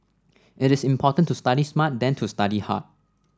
it is important to study smart than to study hard